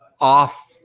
off